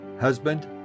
husband